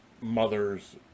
mother's